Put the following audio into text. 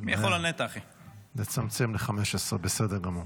נצמצם ל-15, בסדר גמור.